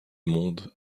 monde